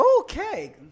Okay